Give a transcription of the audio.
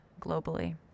globally